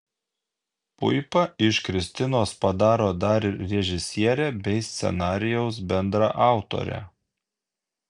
puipa iš kristinos padaro dar ir režisierę bei scenarijaus bendraautorę